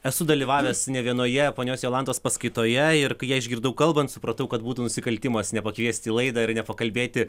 esu dalyvavęs ne vienoje ponios jolantos paskaitoje ir kai ją išgirdau kalbant supratau kad būtų nusikaltimas nepakviesti į laidą ir nepakalbėti